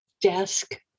desk